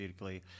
therapeutically